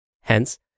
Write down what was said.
Hence